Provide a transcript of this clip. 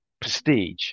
prestige